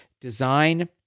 design